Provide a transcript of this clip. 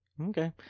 Okay